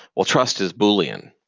well trust is bullying.